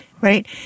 right